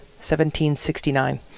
1769